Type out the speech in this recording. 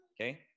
okay